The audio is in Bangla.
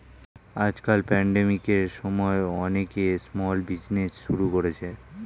আজকাল প্যান্ডেমিকের সময়ে অনেকে স্মল বিজনেজ শুরু করেছে